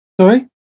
Sorry